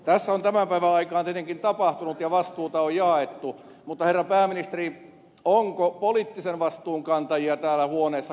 tässä on tämän päivän aikaan tietenkin tapahtunut ja vastuuta on jaettu mutta herra pääministeri onko poliittisen vastuun kantajia täällä huoneessa ketään